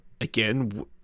again